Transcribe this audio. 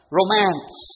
romance